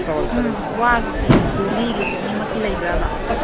ꯎꯝ ꯋꯥꯒꯤꯁꯨ ꯂꯤꯒꯤꯁꯨ ꯑꯅꯤꯃꯛꯀꯤ ꯂꯩꯕ꯭ꯔꯕ